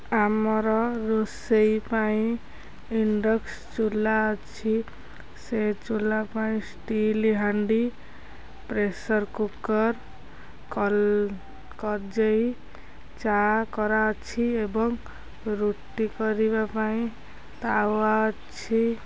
ଆମର ରୋଷେଇ ପାଇଁ ଇଣ୍ଡକ୍ସନ୍ ଚୁଲା ଅଛି ସେ ଚୁଲା ପାଇଁ ଷ୍ଟିଲ୍ ହାଣ୍ଡି ପ୍ରେସର୍ କୁକର୍ କଜେଇ ଚା' କରାହେଉଛି ଏବଂ ରୁଟି କରିବା ପାଇଁ ତାୱା ଅଛି